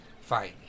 Fine